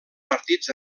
partits